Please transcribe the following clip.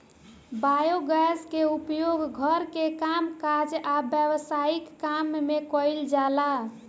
biogas के उपयोग घर के कामकाज आ व्यवसायिक काम में कइल जाला